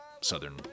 southern